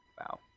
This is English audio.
Wow